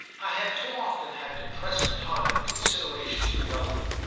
i had too often had to press upon him considerations irrelevant,